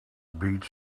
beats